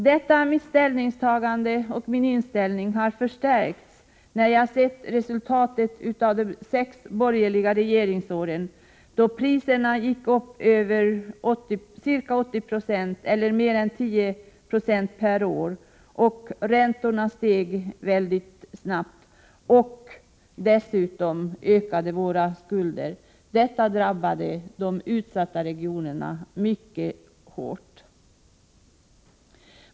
Denna min inställning har förstärkts när jag sett resultatet av de sex borgerliga regeringsåren, då priserna gick upp ca 80 46, eller mer än 10 96 per år, och räntorna steg mycket snabbt. Dessutom ökade våra skulder. Detta drabbade de utsatta regionerna mycket hårt.